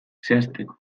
zehazteko